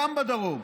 גם בדרום,